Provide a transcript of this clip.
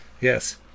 Yes